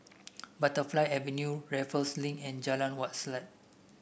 Butterfly Avenue Raffles Link and Jalan Wak Selat